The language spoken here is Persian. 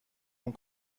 اون